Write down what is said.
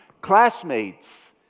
classmates